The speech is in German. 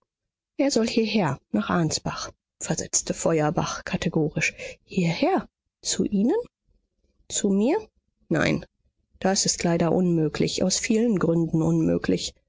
er soll hierher nach ansbach versetzte feuerbach kategorisch hierher zu ihnen zu mir nein das ist leider unmöglich aus vielen gründen unmöglich